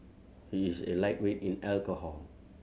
he is a lightweight in alcohol